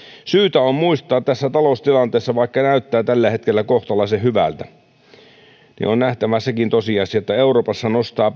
syytä on muistaa tässä taloustilanteessa että vaikka näyttää tällä hetkellä kohtalaisen hyvältä on nähtävä sekin tosiasia että euroopassa nostaa